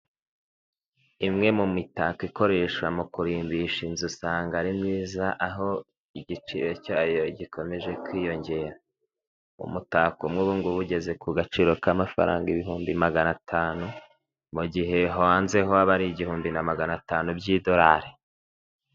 Imwe mu mitako ikoreshwa mu kurimbisha inzu usanga ari myiza, aho igiciro cyayo gikomeje kwiyongera, umutako umwe ubungu ugeze ku gaciro k'amafaranga ibihumbi na magana atanu, mu gihe hanze ho aba igihumbi na magana atanu by'imadorari.